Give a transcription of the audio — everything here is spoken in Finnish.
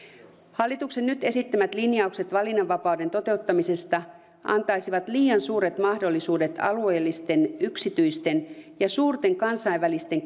hallituksen nyt esittämät linjaukset valinnanvapauden toteuttamisesta antaisivat liian suuret mahdollisuudet alueellisten yksityisten ja suurten kansainvälisten